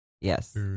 Yes